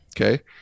Okay